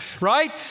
right